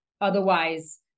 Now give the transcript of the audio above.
otherwise